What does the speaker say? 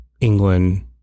England